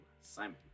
simon